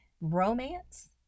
romance